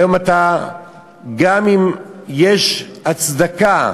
היום גם אם יש הצדקה